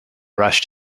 rushed